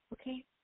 okay